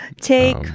Take